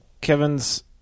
Kevin's